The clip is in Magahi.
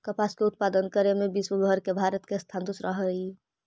कपास के उत्पादन करे में विश्वव भर में भारत के स्थान दूसरा हइ